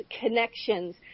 connections